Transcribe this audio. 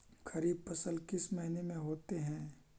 खरिफ फसल किस महीने में होते हैं?